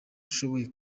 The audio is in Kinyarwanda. ushoboye